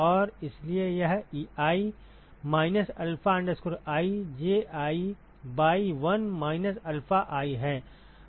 और इसलिए यह Ei minus alpha i Ji by 1 minus alpha i है